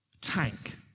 tank